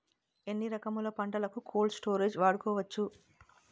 ఎన్ని రకములు పంటలకు కోల్డ్ స్టోరేజ్ వాడుకోవచ్చు?